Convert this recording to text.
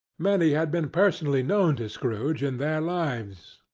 many had been personally known to scrooge in their lives.